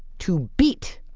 to beat